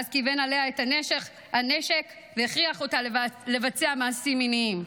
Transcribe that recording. ואז כיוון עליה את הנשק והכריח אותה לבצע מעשים מיניים.